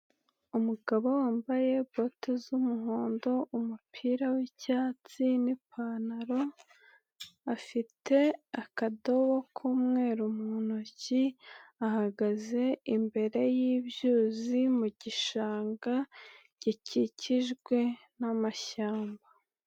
Umugabo wambaye bote z'umuhondo, umupira w'icyatsi n'ipantaro, afite akadobo k'umweru mu ntoki, ahagaze imbere y'ibyuzi mu gishanga gikikijwe n'amashyamba.